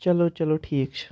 چلو چلو ٹھیٖک چھ